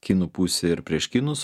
kinų pusėje ir prieš kinus